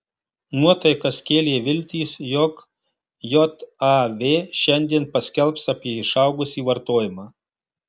nuotaikas kėlė ir viltys jog jav šiandien paskelbs apie išaugusį vartojimą